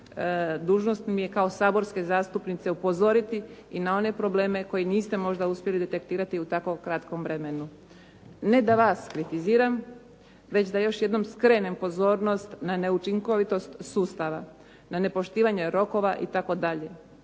Dužnost mi je kao saborske zastupnice upozoriti i na one probleme koje niste možda uspjeli detektirati u tako kratkom vremenu. Ne da vas kritiziram već da još jednom skrenem pozornost na neučinkovitost sustava, na nepoštivanje rokova itd.